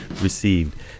received